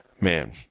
man